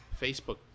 Facebook